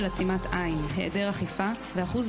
כל הכבוד על עשייה מאוד מכובדת וגם כואבת